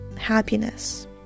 happiness